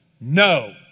No